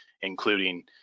including